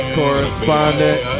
correspondent